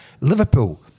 Liverpool